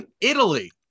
Italy